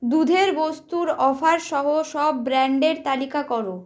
দুধের বস্তুর অফার সহ সব ব্র্যান্ডের তালিকা করো